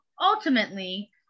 Ultimately